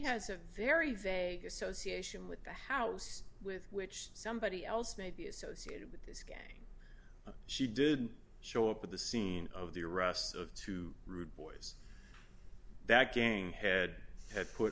has a very vague association with the house with which somebody else may be associated with this guy she did show up at the scene of the arrests of two rude boys that gang head had put